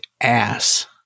ass